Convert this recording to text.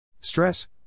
Stress